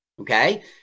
Okay